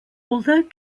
although